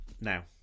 now